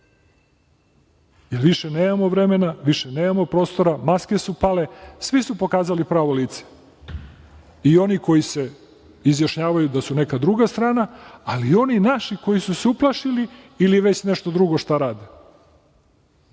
Više nemamo vremena, više nemamo prostora, maske su pale. Svi su pokazali pravo lice. I oni koji se izjašnjavaju da su neka druga strana, ali i oni naši koji su se uplašili ili već nešto drugo šta rade.